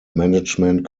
management